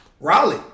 Raleigh